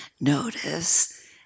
notice